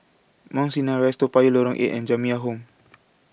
Mount Sinai Rise Toa Payoh Lorong eight and Jamiyah Home